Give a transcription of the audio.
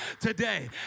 today